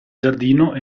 giardino